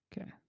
Okay